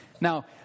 Now